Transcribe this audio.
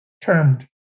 termed